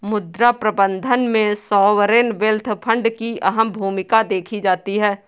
मुद्रा प्रबन्धन में सॉवरेन वेल्थ फंड की अहम भूमिका देखी जाती है